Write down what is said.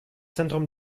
zentrum